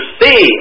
see